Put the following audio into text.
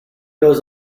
goes